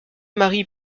marie